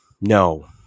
No